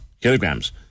kilograms